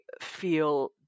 feel